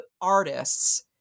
artists